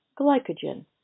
glycogen